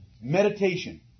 Meditation